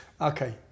Okay